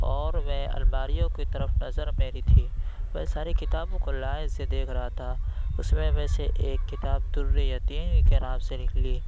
اور میں الماریوں کی طرف نظر میری تھی میں ساری کتابوں کو لائن سے دیکھ رہا تھا اُس میں میں سے ایک کتاب دُرِّ یتیم کے نام سے نکلی